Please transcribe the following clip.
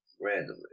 randomly